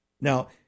Now